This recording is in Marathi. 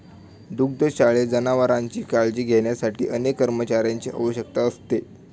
दुग्धशाळेत जनावरांची काळजी घेण्यासाठी अनेक कर्मचाऱ्यांची आवश्यकता असते